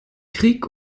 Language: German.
krieg